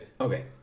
Okay